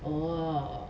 orh